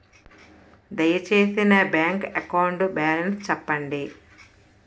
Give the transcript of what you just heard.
దయచేసి నా bank account balance చెప్పండి